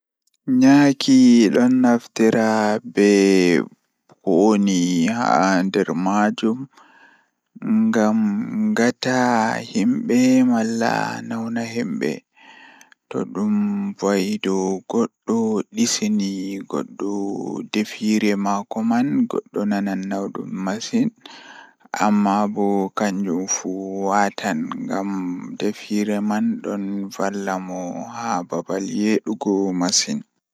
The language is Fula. Jokkondir ndiyam ngam sabu hokkondir moƴƴaare so tawii ƴellii sabu ndiyam ɗe. Miɗo waawi heɓugol lotion walla cream ngoni moƴƴaare. Ɓeydu ko nguurndam he skin ngal sabu, njiddaade kadi holla sabu gasa ɓuri. Ko feewde, waawataa hokka lotion ngam njiddaade fowrude sabu kadi waɗtude ndiyam e leɗɗi ngal sabu waawataa njiddaade sabu.